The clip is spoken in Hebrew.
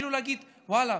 כאילו להגיד: ואללה,